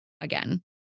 again